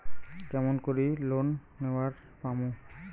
কেমন করি লোন নেওয়ার পামু?